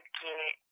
get